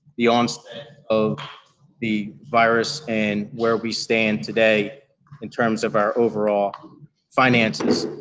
the onset of the virus, and where we stand today in terms of our overall finances.